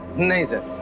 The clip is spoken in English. nisha